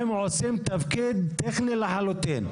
הם עושים תפקיד טכני לחלוטין.